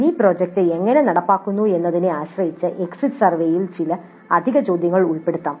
mini project എങ്ങനെ നടപ്പാക്കുന്നു എന്നതിനെ ആശ്രയിച്ച് എക്സിറ്റ് സർവേയിൽ ചില അധിക ചോദ്യങ്ങൾ ഉൾപ്പെടുത്താം